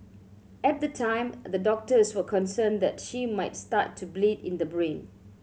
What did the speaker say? at the time the doctors were concerned that she might start to bleed in the brain